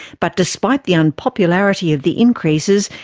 but despite the unpopularity of the increases,